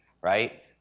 right